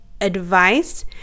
advice